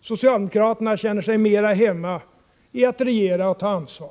Vi socialdemokrater känner oss mera hemma när det gäller att regera och att ta ansvar.